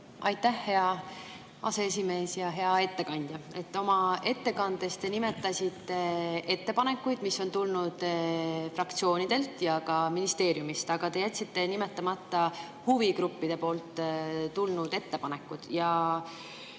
Aitäh, hea aseesimees! Hea ettekandja! Oma ettekandes te nimetasite ettepanekuid, mis on tulnud fraktsioonidelt ja ka ministeeriumist, aga te jätsite nimetamata huvigruppidelt tulnud ettepanekud,